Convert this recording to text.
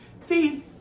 see